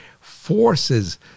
forces